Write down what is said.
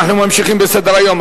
אנו ממשיכים בסדר-היום.